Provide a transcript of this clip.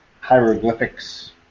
hieroglyphics